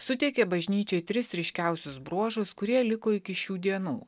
suteikė bažnyčiai tris ryškiausius bruožus kurie liko iki šių dienų